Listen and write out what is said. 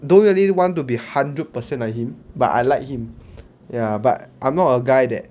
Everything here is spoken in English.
don't really want to be hundred percent like him but I like him ya but I'm not a guy that